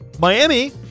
Miami